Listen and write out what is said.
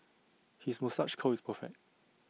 his moustache curl is perfect